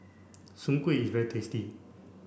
Soon Kuih is very tasty